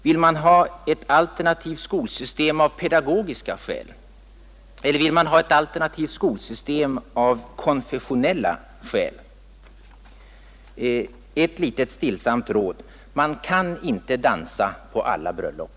Vill man ha ett alternativt skolsystem av pedagogiska skäl? Eller vill man ha ett alternativt skolsystem av konfessionella skäl? En liten stillsam synpunkt: Man kan inte dansa på alla bröllop!